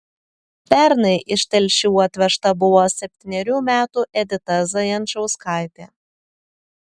pernai iš telšių atvežta buvo septynerių metų edita zajančauskaitė